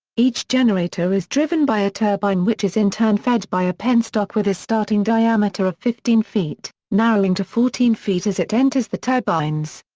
each generator is driven by a turbine which is in turn fed by a penstock with a starting diameter of fifteen feet, narrowing to fourteen feet as it enters the turbines.